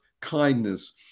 kindness